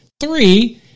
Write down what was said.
Three